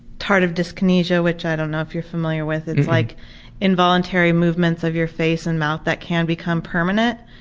tardive dyskinesia, which i don't know if you're familiar with, it's like involuntary movements of your face and mouth that can become permanent.